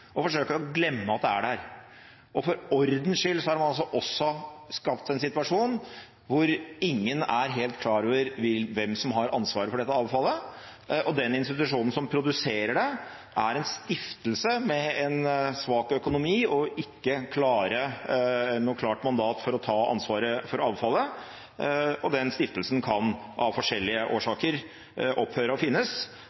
og forsøkt å glemme at det er der. For ordens skyld har man også skapt en situasjon hvor ingen er helt klar over hvem som har ansvaret for dette avfallet, og den institusjonen som produserer det, er en stiftelse med en svak økonomi og ikke noe klart mandat for å ta ansvaret for avfallet, og den stiftelsen kan av forskjellige